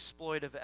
exploitive